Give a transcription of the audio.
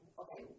okay